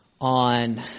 on